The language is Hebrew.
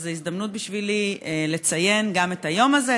אז זו הזדמנות בשבילי לציין גם את היום הזה,